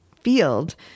field